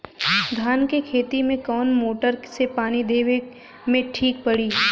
धान के खेती मे कवन मोटर से पानी देवे मे ठीक पड़ी?